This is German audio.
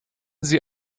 sie